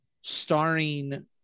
starring